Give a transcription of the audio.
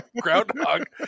groundhog